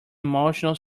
emotional